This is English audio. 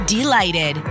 Delighted